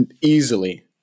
easily